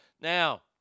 Now